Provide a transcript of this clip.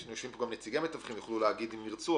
יש לנו כאן נציגי מתווכים והם יוכלו להגיד אם הם ירצו.